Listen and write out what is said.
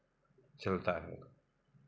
चलता है